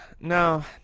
No